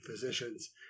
physicians